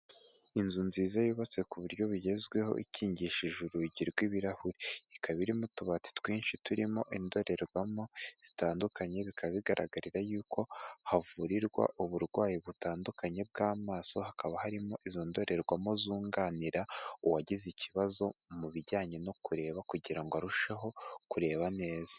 Inzu nziza yubatse ku buryo bugezweho ikingishije urugi rw'ibirahuri. Ikaba irimo utubati twinshi turimo indorerwamo zitandukanye, bikaba bigaragarira yuko havurirwa uburwayi butandukanye bw'amaso. Hakaba harimo izo ndorerwamo zunganira uwagize ikibazo mu bijyanye no kureba, kugira ngo arusheho kureba neza.